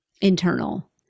internal